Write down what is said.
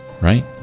Right